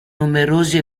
numerosi